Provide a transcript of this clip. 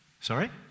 Sorry